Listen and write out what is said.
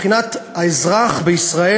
מבחינת האזרח בישראל,